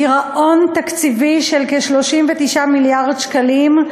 גירעון תקציבי של כ-39 מיליארד שקלים,